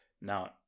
Now